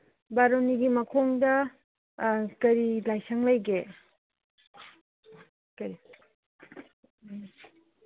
ꯕꯥꯔꯨꯅꯤꯒꯤ ꯃꯈꯣꯡꯗ ꯀꯔꯤ ꯂꯥꯏꯁꯪ ꯂꯩꯒꯦ ꯀꯔꯤ